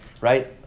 right